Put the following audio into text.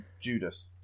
Judas